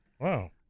Wow